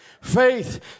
Faith